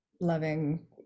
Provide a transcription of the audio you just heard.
loving